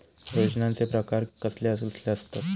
योजनांचे प्रकार कसले कसले असतत?